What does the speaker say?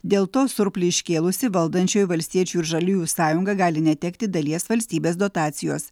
dėl to surplį iškėlusi valdančioji valstiečių ir žaliųjų sąjunga gali netekti dalies valstybės dotacijos